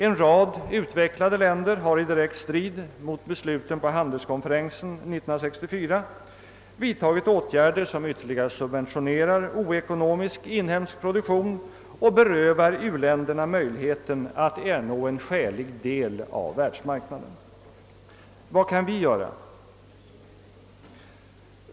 En rad utvecklade länder har i direkt strid mot besluten på handelskonferensen år 1964 vidtagit åtgärder som ytterligare subventionerar oekonomisk inhemsk produktion och berövar u-länderna möjligheten att ernå en skälig del av världsmarknaden. Vad kan vi göra?